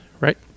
right